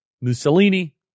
Mussolini